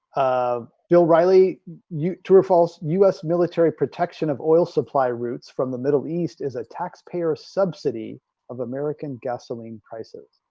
um bill riley you true or false u s military protection of oil supply routes from the middle east is a taxpayer subsidy of american gasoline prices i